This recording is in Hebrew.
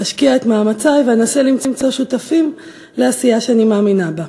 אשקיע את מאמצי ואנסה למצוא שותפים לעשייה שאני מאמינה בה.